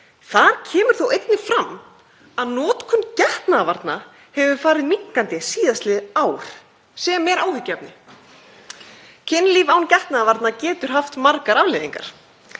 Þar kemur þó einnig fram að notkun getnaðarvarna hefur farið minnkandi síðastliðið ár sem er áhyggjuefni. Kynlíf án getnaðarvarna getur haft margar afleiðingar.